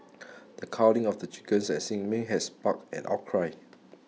the culling of the chickens at Sin Ming had sparked an outcry